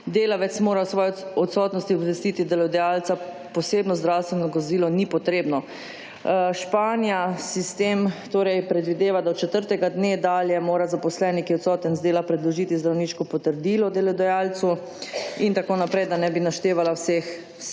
delavec mora o svoji odsotnosti obvestiti delodajalca, posebno zdravstveno dokazilo ni potrebno. V Španiji sistem predvideva, da od četrtega dne dalje mora zaposleni, ki je odsoten z dela, predložiti zdravniško potrdilo delodajalcu. In tako naprej, da ne bi naštevala vseh držav.